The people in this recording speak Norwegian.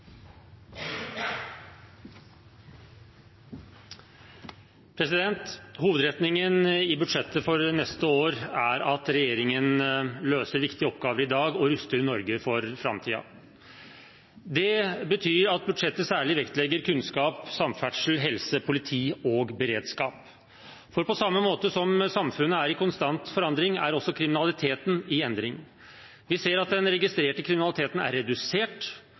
ruster Norge for framtiden. Det betyr at budsjettet særlig vektlegger kunnskap, samferdsel, helse, politi og beredskap. På samme måte som samfunnet er i konstant forandring, er også kriminaliteten i endring. Vi ser at den registrerte kriminaliteten er redusert,